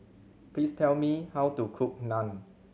please tell me how to cook Naan